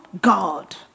God